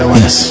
yes